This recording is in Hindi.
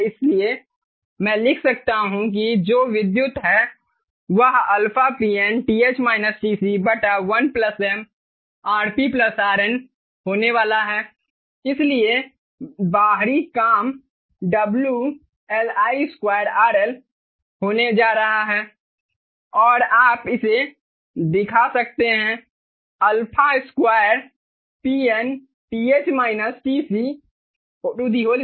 इसलिए मैं लिख सकता हूं कि जो विद्युत है वह αPN 1𝑚 RP RN होने वाला है इसलिए बाहरी काम WL I2 RL होने जा रहा है और आप इसे दिखा सकते हैं α2PN 2 1 m2 RP RN2 RL है जो mRP RN है